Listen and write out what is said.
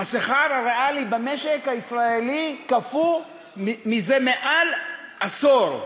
השכר הריאלי במשק הישראלי קפוא זה מעל עשור.